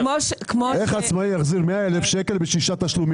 איך עצמאי יחזיר 100,000 שקל בשישה תשלומים?